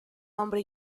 hombre